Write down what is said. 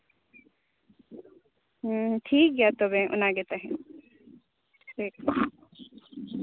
ᱦᱮᱸ ᱴᱷᱤᱠᱜᱮᱭᱟ ᱛᱚᱵᱮ ᱚᱱᱟᱜᱮ ᱛᱟᱦᱮᱸᱱᱚᱜ ᱴᱷᱤᱠ